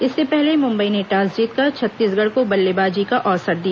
इससे पहले मुंबई ने टॉस जीतकर छत्तीसगढ़ को बल्लेबाजी का अवसर दिया